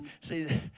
see